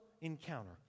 encounter